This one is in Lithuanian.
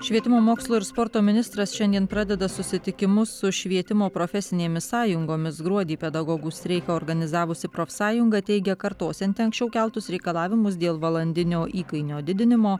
švietimo mokslo ir sporto ministras šiandien pradeda susitikimus su švietimo profesinėmis sąjungomis gruodį pedagogų streiką organizavusi profsąjunga teigia kartosianti anksčiau keltus reikalavimus dėl valandinio įkainio didinimo